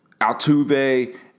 Altuve